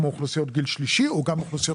כמו אוכלוסיות גיל שלישי או גם אוכלוסיות